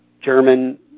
German